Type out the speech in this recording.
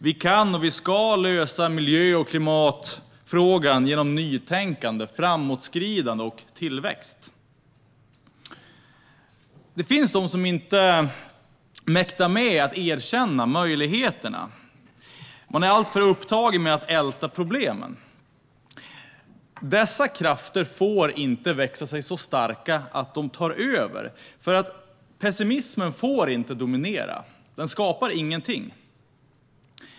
Vi kan och vi ska lösa miljö och klimatfrågan genom nytänkande, framåtskridande och tillväxt. Det finns de som inte mäktar med att erkänna möjligheterna. De är alltför upptagna med att älta problemen. Dessa krafter får inte växa sig så starka att de tar över. Pessimismen får inte dominera. Den skapar ingenting.